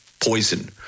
poison